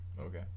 Okay